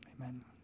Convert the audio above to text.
amen